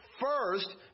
first